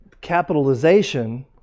capitalization